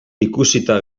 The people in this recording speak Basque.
ikusita